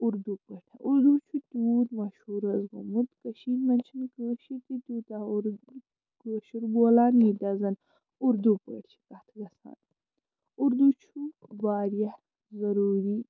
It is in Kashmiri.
اُردو پٲٹھۍ اُردو چھُ تیٛوٗت مَشہوٗر حظ گوٚمُت کٔشیٖر منٛز چھِنہٕ کٲشِر تہِ تیٛوٗتاہ کٲشُر بولان ییتیاہ زَن اُردو پٲٹھۍ چھِ کَتھ حظ کران اُردو چھُ واریاہ ضروٗری